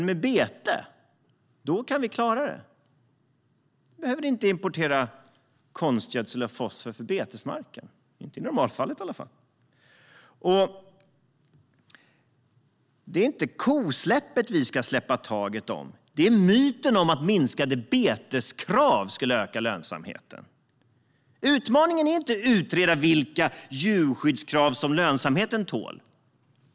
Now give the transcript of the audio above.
Med bete kan vi klara det. Vi behöver inte importera konstgödsel eller fosfor till betesmarken, i varje fall inte i normalfallet. Det är inte kosläppet som vi ska släppa taget om, utan det är myten om att minskade beteskrav skulle öka lönsamheten. Utmaningen är inte att utreda vilka djurskyddskrav som lönsamheten tål.